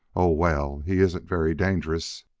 oh, well, he isn't very dangerous.